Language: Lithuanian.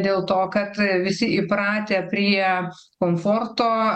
dėl to kad visi įpratę prie komforto